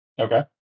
Okay